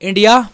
India